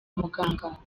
muganga